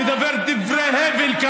לדבר כאן דברי הבל,